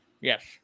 Yes